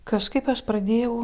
kažkaip aš pradėjau